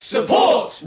Support